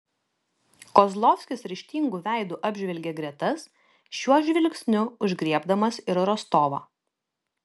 kozlovskis ryžtingu veidu apžvelgė gretas šiuo žvilgsniu užgriebdamas ir rostovą